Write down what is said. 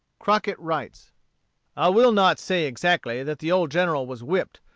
crockett writes i will not say exactly that the old general was whipped.